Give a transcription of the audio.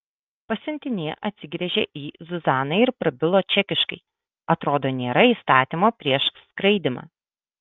pasiuntinė atsigręžė į zuzaną ir prabilo čekiškai atrodo nėra įstatymo prieš skraidymą